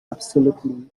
absolutely